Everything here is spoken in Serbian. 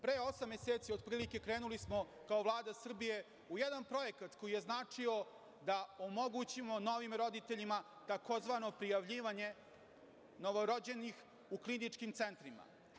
Pre osam meseci otprilike krenuli smo kao Vlada Srbije u jedan projekat koji je značio da omogućimo novim roditeljima tzv. prijavljivanje novorođenih u kliničkim centrima.